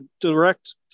direct